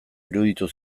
iruditu